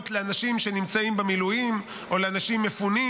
לאנשים שנמצאים במילואים או לאנשים מפונים.